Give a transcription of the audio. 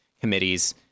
committees